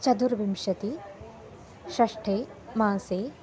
चतुर्विंशति षष्ठे मासे